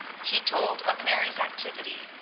he told of mary's activity,